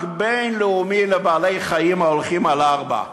בין-לאומי לבעלי-חיים ההולכים על ארבע.